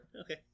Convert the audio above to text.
Okay